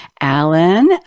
Alan